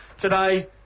today